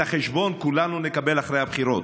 את החשבון כולנו נקבל אחרי הבחירות.